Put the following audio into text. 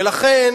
ולכן